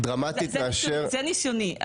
זה ניסיוני.